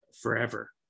forever